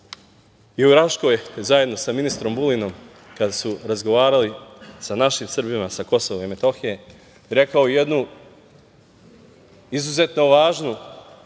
je u Raškoj zajedno sa ministrom Vulinom kada su razgovarali sa našim Srbima sa KiM rekao jednu izuzetno važnu